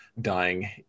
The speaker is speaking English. dying